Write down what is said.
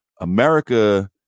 America